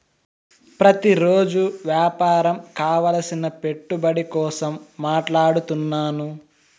ప్రతిరోజు వ్యాపారం కావలసిన పెట్టుబడి కోసం మాట్లాడుతున్నాను